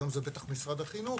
היום זה בטח משרד החינוך,